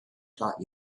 taught